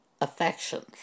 affections